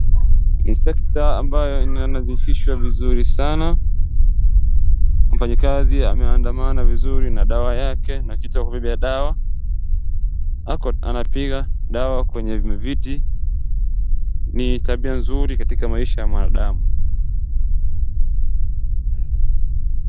Ni sekta ambayo inanadhifishwa vizuri sana, mfanyikazi anaandamana vizuri na dawa na kitu ya kubebea dawa, hapo anapiga dawa kwenye viti, ni tabia nzuri katika maisha ya mwanadamu.